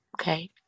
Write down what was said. Okay